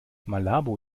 malabo